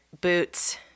boots